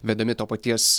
vedami to paties